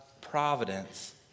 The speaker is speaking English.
providence